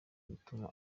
ibituma